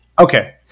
Okay